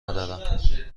ندارم